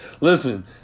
listen